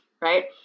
right